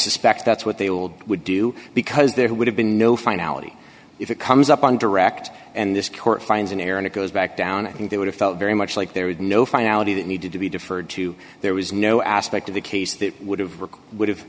suspect that's what they will would do because there would have been no finality if it comes up on direct and this court finds an error and it goes back down and they would have felt very much like there is no finality that needed to be deferred to there was no aspect of the case that would have required would have